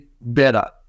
better